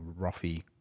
roughy